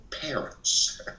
parents